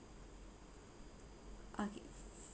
okay